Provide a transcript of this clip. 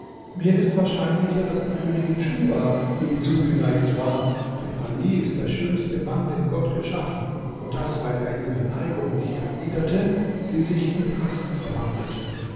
mir ist wahrscheinlicher daß die königin schuhba ihm zugeneigt war denn ali ist der schönste mann den gott geschaffen und daß weil er ihre neigung nicht erwiderte sie sich in haß verwandelte